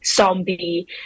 zombie